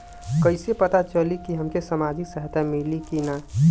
कइसे से पता चली की हमके सामाजिक सहायता मिली की ना?